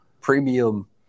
premium